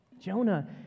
Jonah